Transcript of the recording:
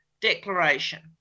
declaration